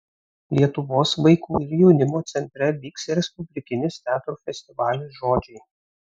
lietuvos vaikų ir jaunimo centre vyks respublikinis teatrų festivalis žodžiai